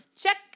Check